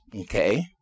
Okay